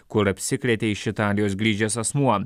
kur apsikrėtė iš italijos grįžęs asmuo